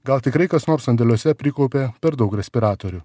gal tikrai kas nors sandėliuose prikaupė per daug respiratorių